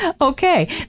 Okay